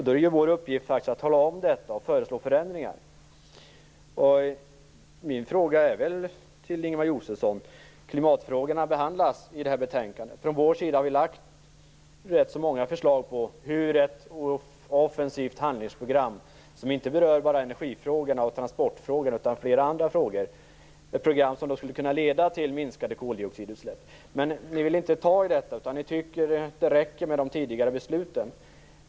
Då är det vår uppgift att tala om detta och föreslå förändringar. Klimatfrågorna behandlas i det här betänkandet. Vi har från vår sida lagt fram ganska många förslag om ett offensivt handlingsprogram som inte bara berör energifrågor och transportfrågor utan också flera andra frågor. Det är ett program som skulle kunna leda till minskade koldioxidutsläpp. Ni vill inte ta i detta. Ni tycker att det räcker med de tidigare besluten.